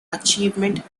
achievement